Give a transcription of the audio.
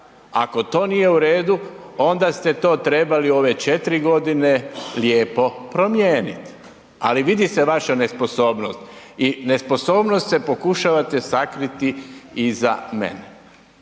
ako to nije u redu onda ste to trebali u ove 4 godine lijepo promijeniti. Ali vidi se vaša nesposobnost i nesposobnost pokušavate sakriti iza mene.